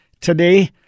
today